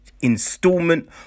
installment